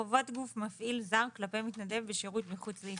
8ו. חובת גוף מפעיל זר כלפי מתנדב בשירות מחוץ לישראל.